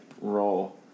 role